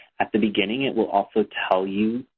at the beginning it will also tell you,